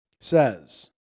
says